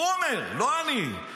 הוא אומר, לא אני.